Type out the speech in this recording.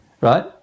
right